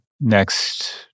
next